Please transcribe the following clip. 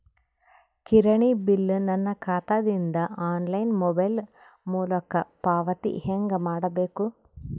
ಕಿರಾಣಿ ಬಿಲ್ ನನ್ನ ಖಾತಾ ದಿಂದ ಆನ್ಲೈನ್ ಮೊಬೈಲ್ ಮೊಲಕ ಪಾವತಿ ಹೆಂಗ್ ಮಾಡಬೇಕು?